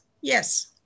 Yes